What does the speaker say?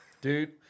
Dude